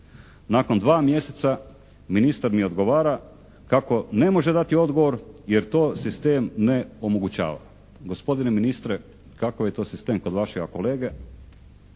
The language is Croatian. Nakon 2 mjeseca ministar mi odgovara kako ne može dati odgovor jer to sistem ne omogućava. Gospodine ministre, kakav je to sistem kod vašega kolege